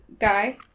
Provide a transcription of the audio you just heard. guy